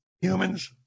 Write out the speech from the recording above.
humans